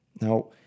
Now